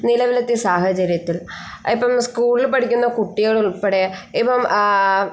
നിലവിലത്തെ സാഹചര്യത്തിൽ ഇപ്പം സ്കൂളിൽ പഠിക്കുന്ന കുട്ടികൾ ഉൾപ്പെടെ ഇപ്പം